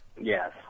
Yes